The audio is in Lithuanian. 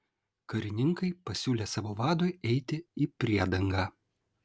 karininkai pasiūlė savo vadui eiti į priedangą